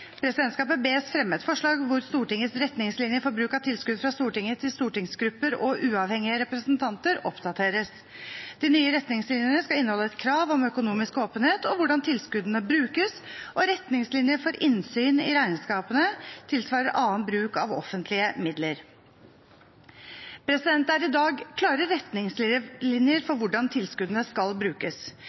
bes fremme et forslag hvor Stortingets retningslinjer for bruk av tilskudd fra Stortinget til stortingsgrupper og uavhengige representanter oppdateres. De nye retningslinjene skal inneholde et krav om økonomisk åpenhet og hvordan tilskuddene brukes og retningslinjer for innsyn i regnskapene tilsvarer annen bruk av offentlige midler.» Det er i dag klare retningslinjer for hvordan tilskuddene skal brukes.